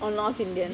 or north indian